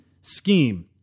scheme